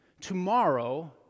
tomorrow